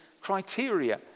criteria